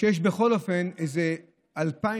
שיש בכל אופן איזה 2,000,